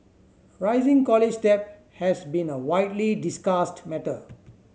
rising college debt has been a widely discussed matter